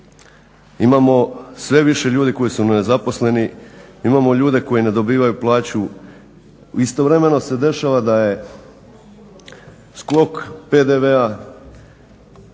Imamo sve više ljudi koji su nezaposleni, imamo ljude koji ne dobivaju plaću. Istovremeno se dešava da je skok PDV-a,